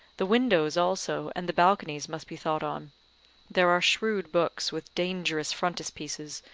the windows also, and the balconies must be thought on there are shrewd books, with dangerous frontispieces,